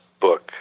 book